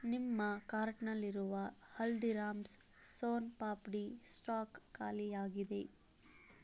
ನಿಮ್ಮ ಕಾರ್ಟ್ನಲ್ಲಿರುವ ಹಲ್ದಿರಾಮ್ಸ್ ಸೋನ್ ಪಾಪ್ಡಿ ಸ್ಟಾಕ್ ಖಾಲಿಯಾಗಿದೆ